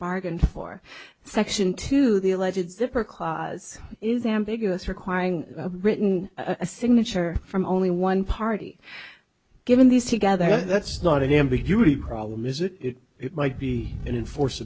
bargained for section two the alleged zipper clause is ambiguous requiring written a signature from only one party given these together that's not an ambiguity problem is it might be in force